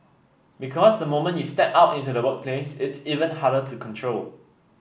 because the moment you step out into the workplace it's even harder to control